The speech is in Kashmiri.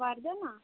وَرٕدَن آ